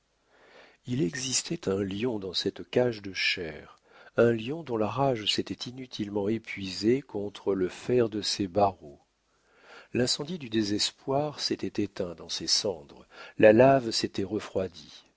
il existait un lion dans cette cage de chair un lion dont la rage s'était inutilement épuisée contre le fer de ses barreaux l'incendie du désespoir s'était éteint dans ses cendres la lave s'était refroidie